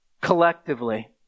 collectively